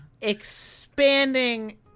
Expanding